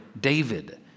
David